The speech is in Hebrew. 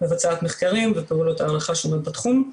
מבצעת מחקרים ופעולות הערכה שונות בתחום.